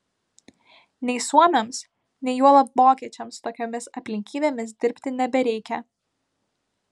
nei suomiams nei juolab vokiečiams tokiomis aplinkybėmis dirbti nebereikia